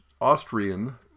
Austrian